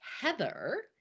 Heather